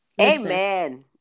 Amen